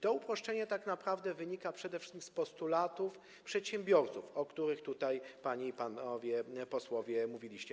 To uproszczenie tak naprawdę wynika przede wszystkim z postulatów przedsiębiorców, o których tutaj panie i panowie posłowie mówiliście.